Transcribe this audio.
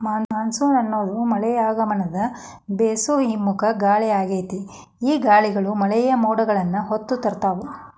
monsoon ಅನ್ನೋದು ಮಳೆಯ ಆಗಮನದ ಬೇಸೋ ಹಿಮ್ಮುಖ ಗಾಳಿಯಾಗೇತಿ, ಈ ಗಾಳಿಗಳು ಮಳೆಯ ಮೋಡಗಳನ್ನ ಹೊತ್ತು ತರ್ತಾವ